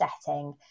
setting